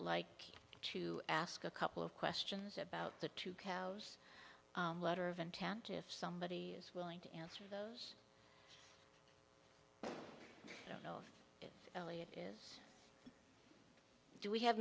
like to ask a couple of questions about the two cows letter of intent if somebody is willing to answer those don't know if it is do we have